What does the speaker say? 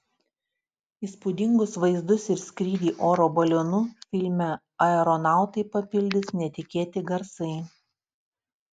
įspūdingus vaizdus ir skrydį oro balionu filme aeronautai papildys netikėti garsai